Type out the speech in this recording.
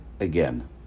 again